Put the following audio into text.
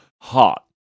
hot